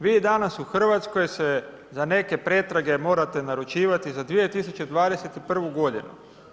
Vi danas u Hrvatskoj se za neke pretrage morate naručivati za 2021. godinu.